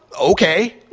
Okay